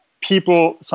people